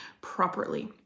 properly